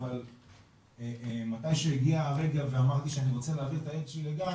אבל מתי שהגיע הרגע שאני רוצה להעביר את הילד שלי גן,